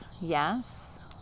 Yes